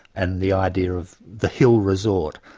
and the idea of the hill resort.